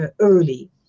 early